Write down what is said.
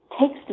takes